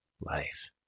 life